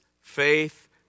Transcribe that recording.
Faith